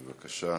בבקשה.